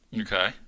Okay